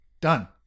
Done